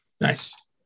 Nice